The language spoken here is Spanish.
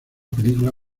película